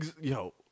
yo